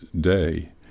day